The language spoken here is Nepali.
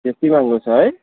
त्यति महँगो छ है